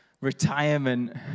retirement